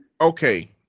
Okay